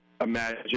imagine